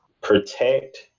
protect